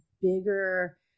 bigger